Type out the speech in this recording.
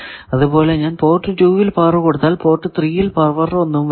അതുപോലെ ഞാൻ പോർട്ട് 2 ൽ പവർ കൊടുത്താൽ പോർട്ട് 3 ൽ പവർ ഒന്നും വരില്ല